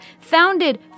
founded